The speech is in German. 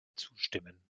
zustimmen